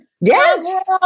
Yes